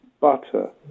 butter